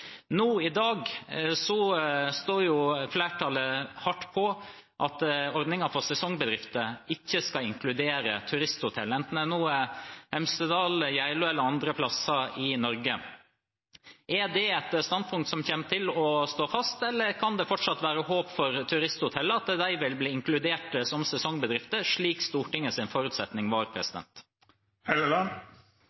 I dag står flertallet hardt på at ordningen for sesongbedrifter ikke skal inkludere turisthotell, enten det er i Hemsedal, Geilo eller andre plasser i Norge. Er det et standpunkt som kommer til å stå fast, eller kan det fortsatt være håp for at turisthotellene vil bli inkludert som sesongbedrifter, slik Stortingets forutsetning var?